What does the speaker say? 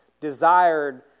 desired